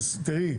תראי,